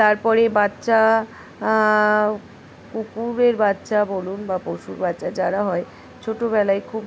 তারপরে বাচ্চা কুকুরের বাচ্চা বলুন বা পশুর বাচ্চা যারা হয় ছোটোবেলায় খুব